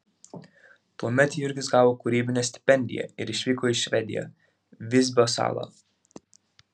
tuomet jurgis gavo kūrybinę stipendiją ir išvyko į švediją visbio salą